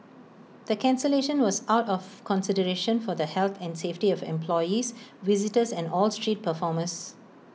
the cancellation was out of consideration for the health and safety of employees visitors and all street performers